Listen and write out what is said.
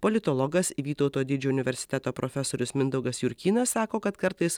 politologas vytauto didžiojo universiteto profesorius mindaugas jurkynas sako kad kartais